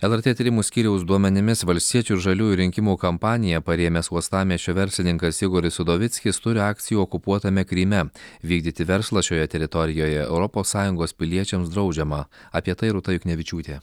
lrt tyrimų skyriaus duomenimis valstiečių ir žaliųjų rinkimų kampaniją parėmęs uostamiesčio verslininkas igoris udovickis turi akcijų okupuotame kryme vykdyti verslą šioje teritorijoje europos sąjungos piliečiams draudžiama apie tai rūta juknevičiūtė